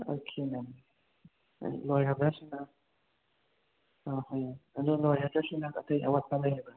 okay ꯃꯦꯝ ꯂꯣꯏꯔꯕ꯭ꯔ ꯁꯤꯅ ꯑꯗꯣ ꯂꯣꯏꯔꯗ꯭ꯔ ꯁꯤꯅ ꯑꯇꯩ ꯑꯋꯥꯠꯄ ꯂꯩꯔꯤꯕ꯭ꯔ